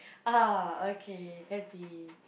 ah okay happy